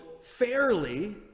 fairly